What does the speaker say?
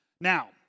Now